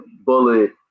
bullet